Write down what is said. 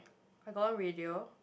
I got one radio